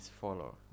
follow